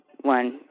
one